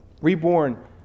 Reborn